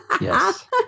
Yes